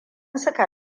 suka